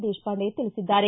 ದೇಶಪಾಂಡೆ ತಿಳಿಸಿದ್ದಾರೆ